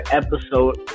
episode